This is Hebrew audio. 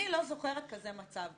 אני לא זוכרת כזה מצב.